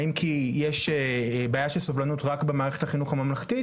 האם כי יש בעיה של סובלנות רק במערכת החינוך הממלכתית,